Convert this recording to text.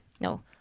No